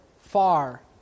far